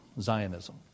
Zionism